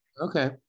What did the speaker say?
Okay